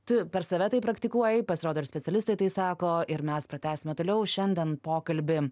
tu per save tai praktikuoji pasirodo ir specialistai tai sako ir mes pratęsime toliau šiandien pokalbį